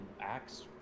acts